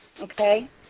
okay